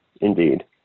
Indeed